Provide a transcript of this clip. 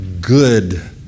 good